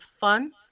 fun